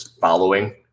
following